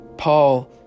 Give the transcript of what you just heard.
Paul